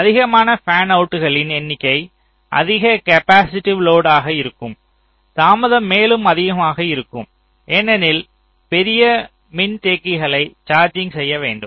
அதிகமான பேன்அவுட்களின் எண்ணிக்கை அதிக கேப்பாசிட்டிவ் லோடாக இருக்கும் தாமதம் மேலும் அதிகமாக இருக்கும் ஏனெனில் பெரிய மின்தேக்கிகளை சார்ஜிங் செய்ய வேண்டும்